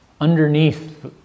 underneath